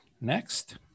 Next